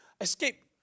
escape